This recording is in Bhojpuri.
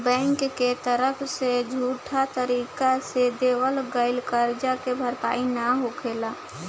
बैंक के तरफ से झूठा तरीका से देवल गईल करजा के भरपाई ना होखेला